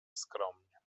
skromnie